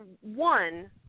One